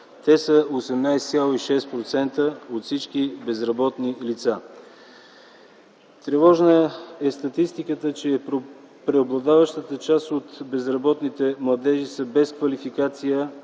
Те са 18,6% от всички безработни лица. Тревожна е статистиката, че преобладаващата част от безработните младежи са без квалификация